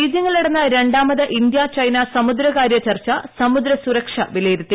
ബീജിംഗിൽ നടന്ന രണ്ടാമത് India China സമുദ്രകാര്യ ചർച്ച സമുദ്രസുരക്ഷ വിലയിരുത്തി